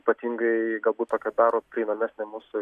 ypatingai galbūt tokią daro prieinamesnę mūsų